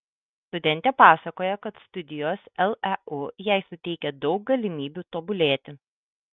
studentė pasakoja kad studijos leu jai suteikia daug galimybių tobulėti